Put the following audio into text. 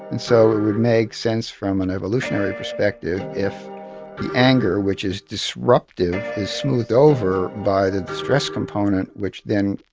and so it would make sense from an evolutionary perspective if the anger, which is disruptive, is smoothed over by the distress component, which then,